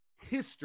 history